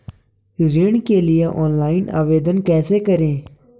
ऋण के लिए ऑनलाइन आवेदन कैसे करें?